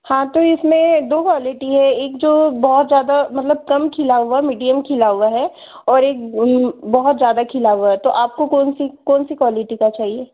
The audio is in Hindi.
हाँ तो इसमें दो क्वालिटी है एक जो बहुत ज़्यादा मतलब कम खिला हुआ मीडियम खिला हुआ है और एक बहुत ज़्यादा खिला हुआ है तो आपको कौन सी कौन सी क्वालिटी का चाहिए